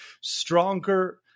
stronger